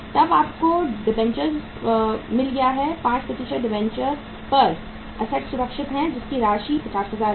तब आपको डिबेंचर मिल गया है 5 डिबेंचर पर एसेट्स सुरक्षित है जिसकी राशि 50000 है